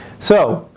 so,